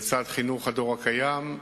לצד חינוך הדור הקיים,